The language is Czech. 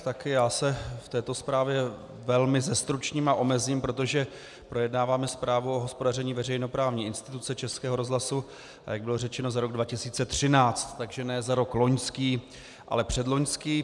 Tak i já se v této zprávě velmi zestručním a omezím, protože projednáváme zprávu o hospodaření veřejnoprávní instituce Českého rozhlasu, a jak bylo řečeno, za rok 2013, takže ne za rok loňský, ale předloňský.